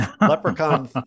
Leprechaun